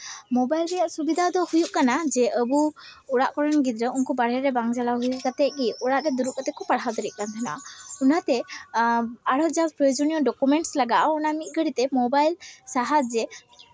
mobile ᱨᱮᱭᱟᱜ ᱥᱩᱵᱤᱫᱷᱟ ᱫᱚ ᱦᱩᱭᱩᱜ ᱠᱟᱱᱟ ᱡᱮ ᱟᱵᱚ ᱚᱲᱟᱜ ᱠᱚᱨᱮᱱ ᱜᱤᱫᱽᱨᱟᱹ ᱩᱱᱠᱩ ᱵᱟᱦᱚᱨᱮ ᱨᱮ ᱵᱟᱝ ᱪᱟᱞᱟᱣ ᱦᱩᱭ ᱠᱟᱛᱮᱫ ᱜᱮ ᱩᱱᱠᱩ ᱚᱲᱟᱜ ᱨᱮ ᱫᱩᱲᱩᱵ ᱠᱟᱛᱮᱫ ᱠᱚ ᱯᱟᱲᱦᱟᱣ ᱫᱟᱲᱮᱜ ᱠᱟᱱ ᱛᱟᱦᱮᱱᱟ ᱚᱱᱟᱛᱮ ᱟᱨᱦᱚᱸ ᱡᱟᱦᱟᱸ ᱯᱨᱳᱭᱳᱡᱚᱱᱤᱭᱚ ᱰᱚᱠᱳᱢᱮᱱᱴᱥ ᱞᱟᱜᱟᱜᱼᱟ ᱚᱱᱟ ᱢᱤᱫ ᱜᱷᱟᱹᱲᱤᱛᱮ ᱢᱳᱵᱟᱭᱤᱞ ᱥᱟᱦᱟᱡᱡᱮ